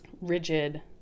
rigid